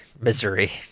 misery